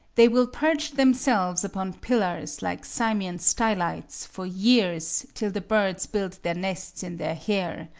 they will perch themselves upon pillars like simeon stylites, for years, till the birds build their nests in their hair.